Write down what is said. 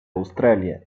australia